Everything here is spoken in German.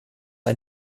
ein